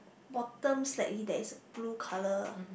bottom slightly there is blue color